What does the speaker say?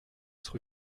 rue